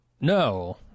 No